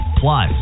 Plus